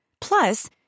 Plus